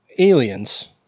Aliens